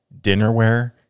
dinnerware